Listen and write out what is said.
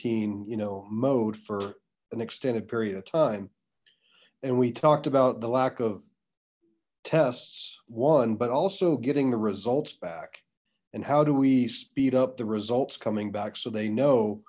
quarantine you know mode for an extended period of time and we talked about the lack of tests one but also getting the results back and how do we speed up the results coming back so